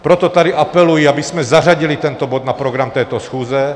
Proto tady apeluji, abychom zařadili tento bod na program této schůze.